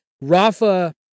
Rafa